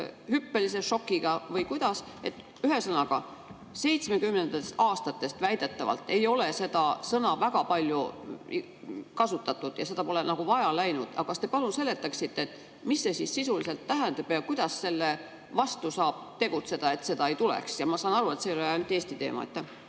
Ühesõnaga, 1970. aastatest alates väidetavalt ei ole seda sõna väga palju kasutatud, seda pole vaja läinud. Kas te palun seletaksite, mida see sisuliselt tähendab ja kuidas selle vastu saab tegutseda, et seda ei tuleks? Ma saan aru, et see ei ole ainult Eesti teema.